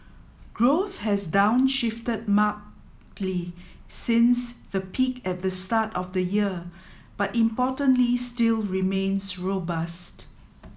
growth has downshifted since the peak at the start of the year but importantly still remains robust